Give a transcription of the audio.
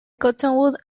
cottonwood